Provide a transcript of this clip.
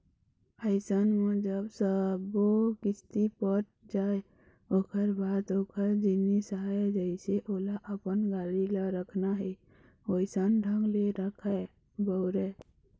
अइसन म जब सब्बो किस्ती पट जाय ओखर बाद ओखर जिनिस आय जइसे ओला अपन गाड़ी ल रखना हे वइसन ढंग ले रखय, बउरय